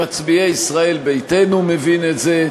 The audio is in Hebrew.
אני לא חושב שמישהו ממצביעי ישראל ביתנו מבין את זה.